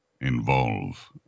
involve